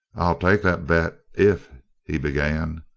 i'll take that bet if he began.